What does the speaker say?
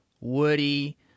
Woody